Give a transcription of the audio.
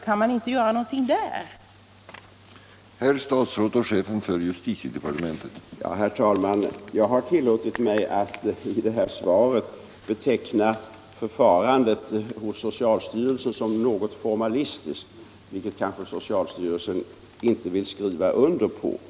Kan man inte göra någonting för att förbättra informationen?